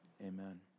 amen